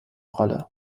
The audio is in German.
rolle